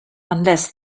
unless